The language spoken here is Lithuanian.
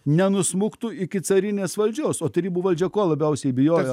nenusmuktų iki carinės valdžios o tarybų valdžia kuo labiausiai bijojo